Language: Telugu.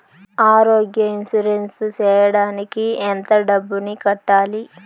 ఆరోగ్య ఇన్సూరెన్సు సేయడానికి ఎంత డబ్బుని కట్టాలి?